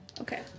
Okay